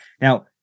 Now